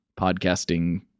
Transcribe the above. podcasting